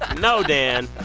ah no, dan.